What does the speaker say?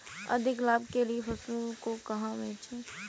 अधिक लाभ के लिए फसलों को कहाँ बेचें?